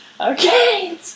Okay